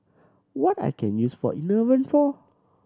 what I can use for Enervon for